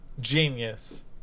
Genius